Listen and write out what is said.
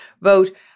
vote